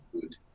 good